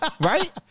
Right